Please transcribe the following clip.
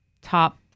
top